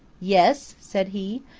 yes, said he,